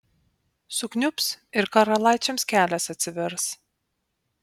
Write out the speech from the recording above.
sukniubs ir karalaičiams kelias atsivers